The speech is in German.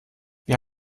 wir